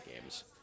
games